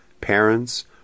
parents